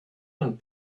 and